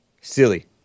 Silly